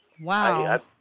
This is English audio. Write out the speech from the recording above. Wow